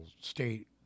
state